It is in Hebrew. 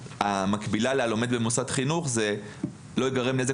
המקבילה ל"הלומד במוסד חינוך" זה "לא ייגרם נזק